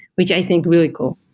which i think really cool.